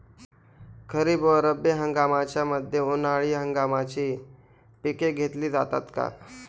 खरीप व रब्बी हंगामाच्या मध्ये उन्हाळी हंगामाची पिके घेतली जातात का?